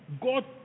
God